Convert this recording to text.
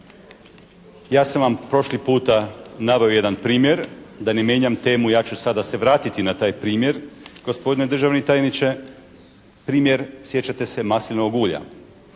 Ja sam vam prošli puta naveo jedan primjer, da ne mijenjam temu ja ću sada se vratiti na taj primjer gospodine državni tajniče primjer sjećate se maslinovog ulja.